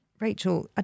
Rachel